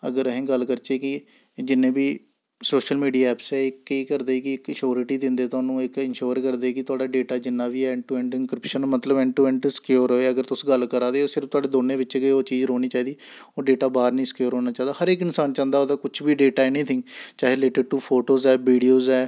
अगर अहें गल्ल करचै कि जिने बी सोशल मीडिया ऐप्स ऐ एह् केह् करदे कि इक श्योरिटी दिंदे तोहानूं इक इंशोर करदे कि तोआढ़ा डेटा जिन्ना बी ऐ ऐंड्ड टू ऐंड्ड इंनक्रिप्शन मतलब ऐंड्ड टू ऐंड्ड सक्योर र'वै अगर तुस गल्ल करा दे ओ सिर्फ तोआढ़े दौनें बिच्च गै ओह् चीज रौह्नी चाहिदी ओह् डेटा बाह्र निं सक्योर होना चाहिदा हर इक इंसान चांह्दा ओह्दा कुछ बी डेटा ऐनीथिंग चाहे रिलेटिड टू फोटोज ऐ वीडियोज ऐ